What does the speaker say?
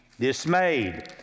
dismayed